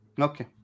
Okay